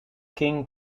king